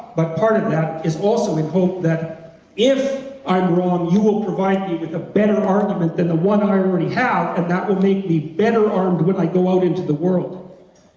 but part of that is also in hope that if i'm wrong you will provide me with a better argument than the one ah i already have and that will make me better armed when i go out into the world.